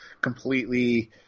completely –